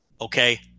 Okay